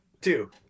Two